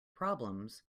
problems